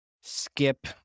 skip